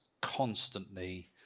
constantly